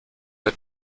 der